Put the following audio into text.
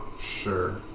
sure